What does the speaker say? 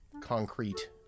concrete